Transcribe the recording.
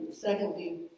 Secondly